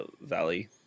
Valley